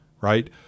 right